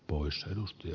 pois ja